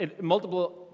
multiple